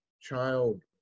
child